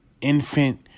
infant